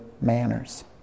manners